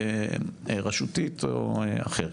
רשותית או אחרת.